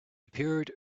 appeared